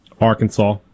Arkansas